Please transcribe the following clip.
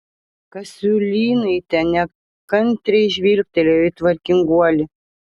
kasiulynaitė nekantriai žvilgtelėjo į tvarkinguolį